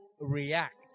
react